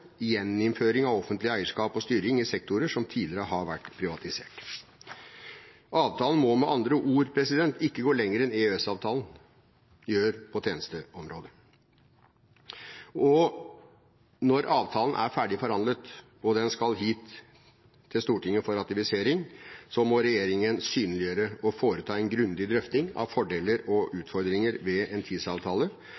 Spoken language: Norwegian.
gjeninnføring av offentlig eierskap og styring i sektorer som tidligere har vært privatisert. Avtalen må med andre ord ikke gå lenger enn EØS-avtalen gjør på tjenesteområdet. Og når avtalen er ferdig forhandlet, og den skal hit til Stortinget for ratifisering, må regjeringen synliggjøre og foreta en grundig drøfting av fordeler og